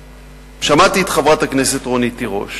שמעתי את חברת הכנסת רונית תירוש.